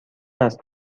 است